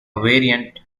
variant